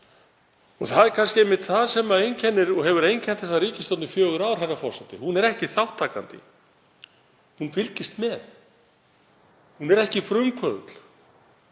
er. Það er kannski einmitt það sem einkennir og hefur einkennt þessa ríkisstjórn í fjögur ár, herra forseti. Hún er ekki þátttakandi. Hún fylgist með. Hún er ekki frumkvöðull,